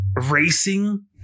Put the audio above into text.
racing